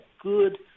good